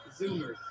Zoomers